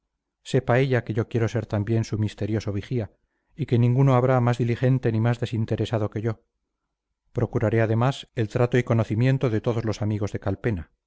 sepa ella que yo quiero ser también su misterioso vigía y que ninguno habrá más diligente ni más desinteresado que yo procuraré además el trato y conocimiento de todos los amigos de calpena